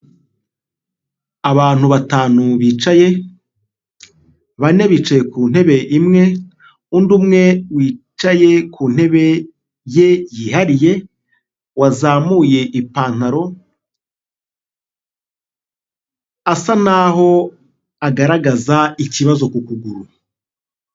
Abantu batanu bicaye, bane bicaye ku ntebe imwe undi umwe wicaye ku ntebe ye yihariye wazamuye ipantaro asa naho agaragaza ikibazo ku kuguru.